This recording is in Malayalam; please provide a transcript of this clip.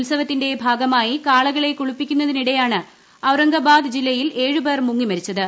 ഉത്സവത്തിന്റെ ഭാഗമായി കാളകളെ കുളിപ്പിക്കുന്നതിനിടെയാണ് ഔറംഗാബാദ് ജില്ലയിൽ ഏഴുപേർ മുങ്ങി മരിച്ചത്